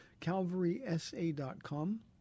calvarysa.com